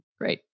Great